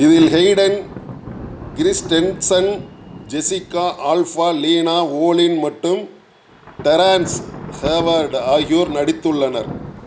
இதில் Hayden Christensen Jessica Alba Lena Olin மட்டும் Terrence Howard ஆகியோர் நடித்துள்ளனர்